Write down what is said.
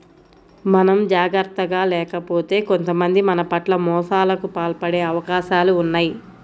మనం జాగర్తగా లేకపోతే కొంతమంది మన పట్ల మోసాలకు పాల్పడే అవకాశాలు ఉన్నయ్